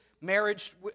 marriage